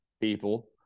people